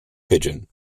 pigeon